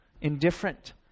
indifferent